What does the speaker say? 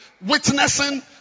Witnessing